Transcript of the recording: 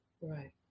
right